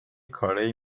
کارایی